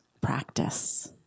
practice